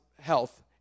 health